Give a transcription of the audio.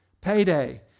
Payday